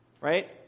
right